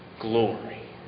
glory